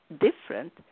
different